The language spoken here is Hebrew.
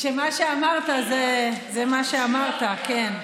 שמה שאמרת זה מה שאמרת, כן.